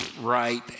right